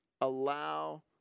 allow